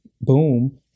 boom